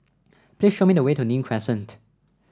please show me the way to Nim Crescent